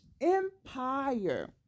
empire